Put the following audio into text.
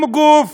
גוף